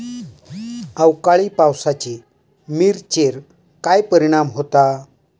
अवकाळी पावसाचे मिरचेर काय परिणाम होता?